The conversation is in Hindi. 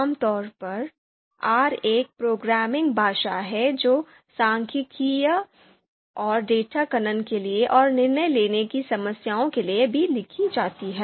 आमतौर पर R एक प्रोग्रामिंग भाषा है जो सांख्यिकीय और डेटा खनन के लिए और निर्णय लेने की समस्याओं के लिए भी लिखी जाती है